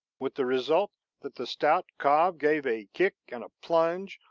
with the result that the stout cob gave a kick and a plunge,